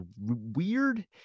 weird